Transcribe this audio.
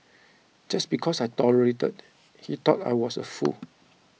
just because I tolerated he thought I was a fool